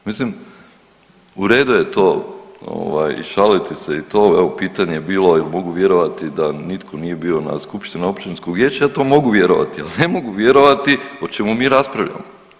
Mislim u redu je to ovaj i šaliti se i to, evo pitanje je bilo jel mogu vjerovati da nitko nije bio na skupštini općinskog vijeća, ja to mogu vjerovati, al ne mogu vjerovati o čemu mi raspravljamo.